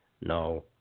No